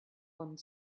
one